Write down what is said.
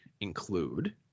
include